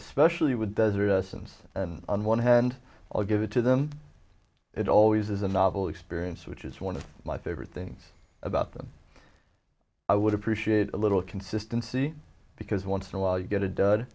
especially with desert essence and on one hand i'll give it to them it always is a novel experience which is one of my favorite things about them i would appreciate a little consistency because once in a while you get a d